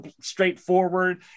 straightforward